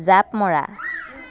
জাঁপ মৰা